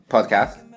Podcast